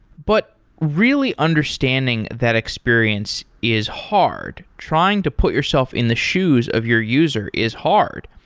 but really understanding that experience is hard. trying to put yourself in the shoes of your user is hard.